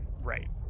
right